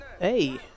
Hey